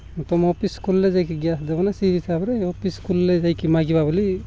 ତୁମ ଅଫିସ୍ ଖୋଲିଲେ ଯାଇକି ଗ୍ୟାସ୍ ଦେବେ ନା ସେହି ହିସାବରେ ଅଫିସ୍ ଖୋଲିଲେ ଯାଇକି ମାଗିବା ବୋଲି